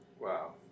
wow